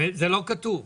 זה לא כתוב.